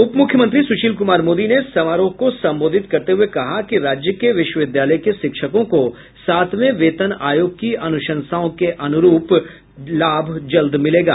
उपमुख्यमंत्री सुशील कुमार मोदी ने समारोह को संबोधित करते हुये कहा कि राज्य के विश्वविद्यालय के शिक्षकों को सातवें वेतन आयोग के अनुशंसाओं के अनुरूप लाभ जल्द मिलेगा